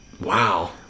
Wow